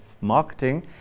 marketing